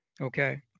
Okay